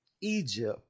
Egypt